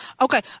Okay